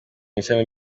ishami